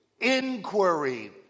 inquiry